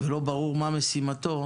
ולא ברור מה משימתו